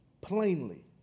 plainly